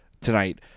tonight